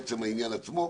מעצם העניין עצמו.